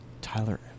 Tyler